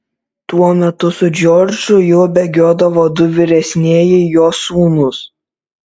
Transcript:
tuo metu su džordžu jau bėgiodavo du vyresnieji jo sūnūs